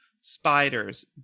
spiders